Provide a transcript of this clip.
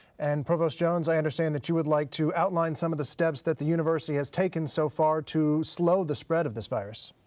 and provost jones, i understand that you would like to outline some of the steps that the university has taken so far to slow the spread of this virus.